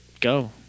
go